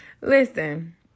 Listen